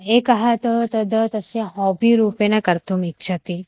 एकः तु तद् तस्य हाबीरूपेण कर्तुम् इच्छति